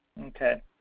Okay